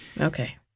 Okay